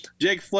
Jake